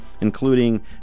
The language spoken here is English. including